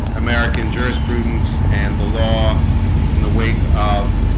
american jurisprudence, and the law in the wake of